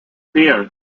vier